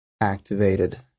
activated